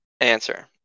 answer